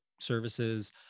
services